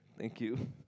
thank you